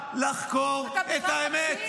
כי זה קרה במשמרת שלכם?